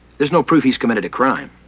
there's no proof he's committed a crime.